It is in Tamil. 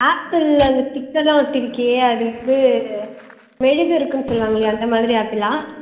ஆப்பிள் அந்த ஸ்டிக்கர்லாம் ஒட்டிருக்கே அது வந்து மெழுகு இருக்குன்னு சொல்லுவாங்க இல்லையா அந்தமாதிரி ஆப்பிளா